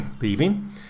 leaving